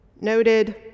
noted